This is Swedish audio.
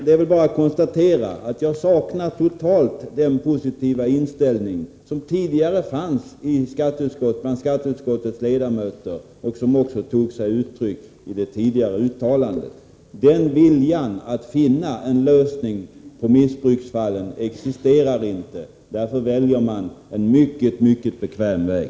Det är väl bara att konstatera att den positiva inställning som tidigare fanns bland skatteutskottets ledamöter och som också tog sig uttryck i det tidigare uttalandet totalt saknas nu. Viljan att finna en lösning beträffande missbruksfallen existerar inte. Därför väljer socialdemokraterna en mycket bekväm väg.